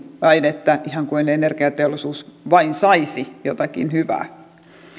päin että ihan kuin energiateollisuus vain saisi jotakin hyvää